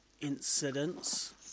incidents